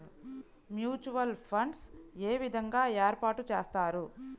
Mutual funds ఏ విధంగా ఏర్పాటు చేస్తారు?